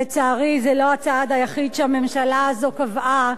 לצערי, זה לא הצעד היחיד שהממשלה הזאת קבעה